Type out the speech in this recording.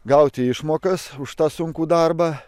gauti išmokas už tą sunkų darbą